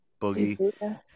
boogie